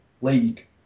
league